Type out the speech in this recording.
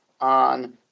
on